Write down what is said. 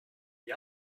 the